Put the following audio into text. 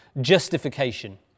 justification